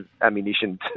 ammunition